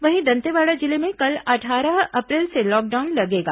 वहीं दंतेवाड़ा जिले में कल अट्ठारह अप्रैल से लॉकडाउन लगेगा